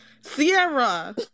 Sierra